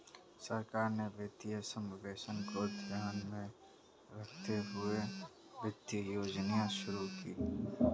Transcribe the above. सरकार ने वित्तीय समावेशन को ध्यान में रखते हुए वित्तीय योजनाएं शुरू कीं